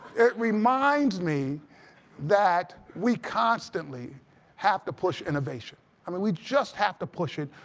it reminds me that we constantly have to push innovation. i mean, we just have to push it.